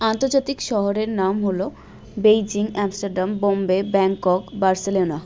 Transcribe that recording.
আন্তর্জাতিক শহরের নাম হলো Beijing Amsterdam Bombay Bangkok Barcelona